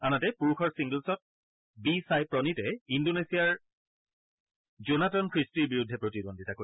আনহাতে পুৰুষৰ ছিংগলত বি ছাই প্ৰণীতে ইণ্ডোনেছিয়াৰ জোনাটন খ্ৰীষ্টিৰ বিৰুদ্ধে প্ৰতিদ্বন্দ্বিতা কৰিব